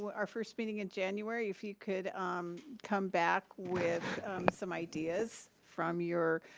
our first meeting in january if you could um come back with some ideas from your